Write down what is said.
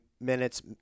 Minutes